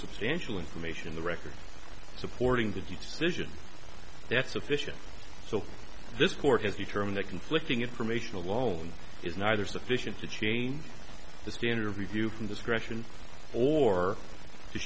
substantial information the record supporting the deed cision that's sufficient so this court has determined that conflicting information alone is neither sufficient to change the standard of review from discretion or